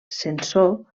censor